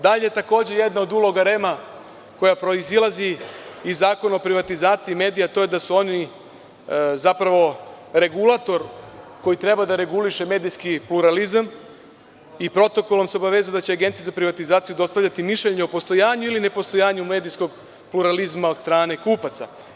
Dalje, takođe jedna od uloga REM, koja proizilazi iz Zakona o privatizaciji medija, to je da su oni zapravo regulator koji treba da reguliše medijski pluralizam i protokolom se obavezuje da će Agencija za privatizaciju dostavljati mišljenje o postojanju ili ne postojanju medijskog pluralizma od strane kupaca.